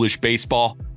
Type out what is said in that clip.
Baseball